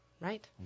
Right